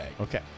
Okay